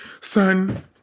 son